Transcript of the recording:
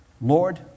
Lord